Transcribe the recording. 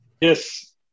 Yes